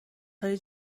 های